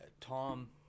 Tom